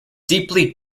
deeply